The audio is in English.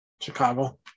Chicago